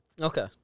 Okay